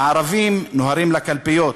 הערבים נוהרים לקלפיות,